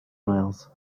miles